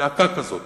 בלהקה כזאת,